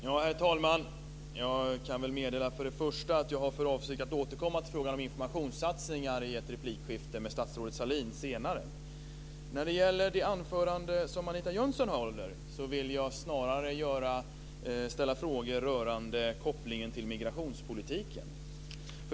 Herr talman! Jag kan väl först meddela att jag har för avsikt att återkomma till frågan om informationssatsningar i ett replikskifte med statsrådet Sahlin senare. När det gäller det anförande som Anita Jönsson höll vill jag snarare ställa frågor rörande kopplingen till migrationspolitiken.